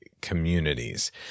communities